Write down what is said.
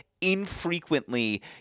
Infrequently